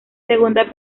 segunda